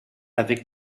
avec